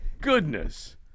goodness